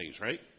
right